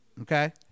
Okay